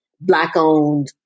Black-owned